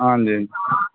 आं जी